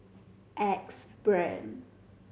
Axe Brand